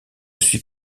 suis